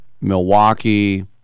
Milwaukee